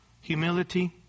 Humility